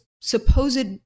supposed